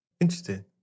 Interesting